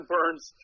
Burns